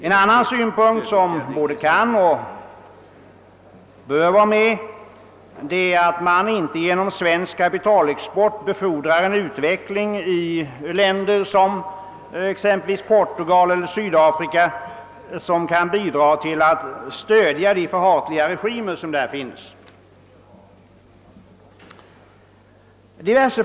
En annan synpunkt som bör beaktas är att vi inte genom svensk kapitalexport befordrar en utveckling i länder som exempelvis Portugal eller Sydafrika, som kan bidra till att stödja de förhat liga regimer som där finns.